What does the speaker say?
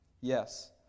Yes